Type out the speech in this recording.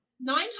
nine